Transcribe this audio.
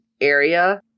area